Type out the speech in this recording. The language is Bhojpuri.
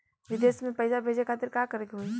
विदेश मे पैसा भेजे खातिर का करे के होयी?